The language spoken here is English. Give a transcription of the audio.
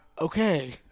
Okay